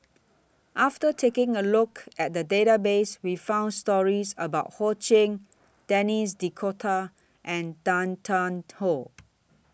after taking A Look At The Database We found stories about Ho Ching Denis D'Cotta and Tan Tarn How